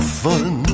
fun